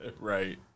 Right